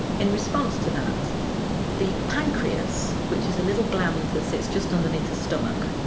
in response to that the pancreas, which is a little gland that sits just underneath the stomach,